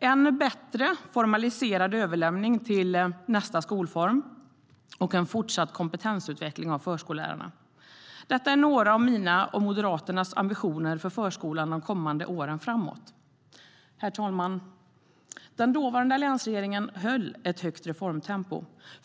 en bättre formaliserad överlämning till nästa skolform och en fortsatt kompetensutveckling av förskollärarna. Detta är några av mina och Moderaternas ambitioner för förskolan de kommande åren framåt. Herr talman! Den dåvarande alliansregeringen höll ett högt reformtempo.